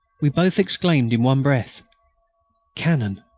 we both exclaimed in one breath cannon!